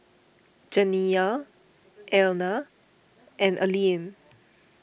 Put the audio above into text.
Janiya Einar and Alene